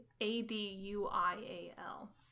A-D-U-I-A-L